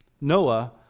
Noah